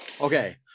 Okay